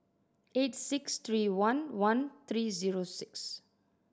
eight six three one one three zero six